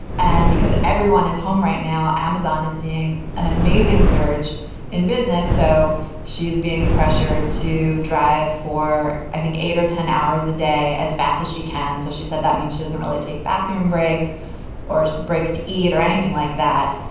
and because everyone is home right now, amazon is seeing an amazing surge in business. so she is being pressured to drive for, i think, eight or ten hours a day as fast as she can. so she said that mean she doesn't really take bathroom breaks or breaks to eat or anything like that.